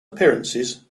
appearances